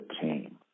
team